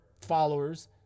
followers